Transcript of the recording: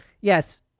yes